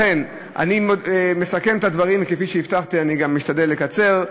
לכן לסיכום, כפי שהבטחתי, אשתדל לקצר.